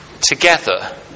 together